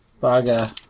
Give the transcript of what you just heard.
Baga